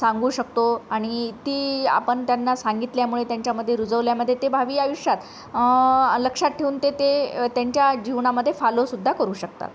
सांगू शकतो आणि ती आपण त्यांना सांगितल्यामुळे त्यांच्यामध्ये रुजवल्यामध्ये ते भावी आयुष्यात लक्षात ठेवून ते ते त्यांच्या जीवनामध्ये फॉलोसुद्धा करू शकतात